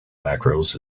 macros